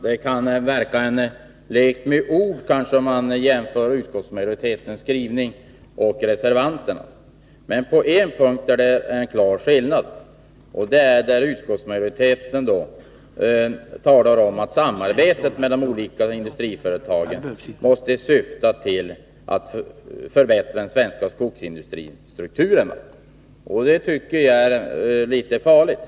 Herr talman! Det kan kanske verka som en lek med ord om man jämför utskottsmajoritetens skrivning och reservanternas. Men på en punkt är det en klar skillnad. Utskottsmajoriteten talar om att samarbetet mellan de olika industriföretagen måste syfta till att ”förbättra den svenska skogsindustristrukturen”. Det tycker jag är litet farligt.